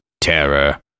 terror